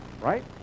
right